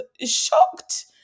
shocked